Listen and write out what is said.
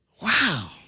Wow